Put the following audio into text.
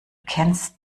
kennst